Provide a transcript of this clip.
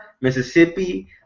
Mississippi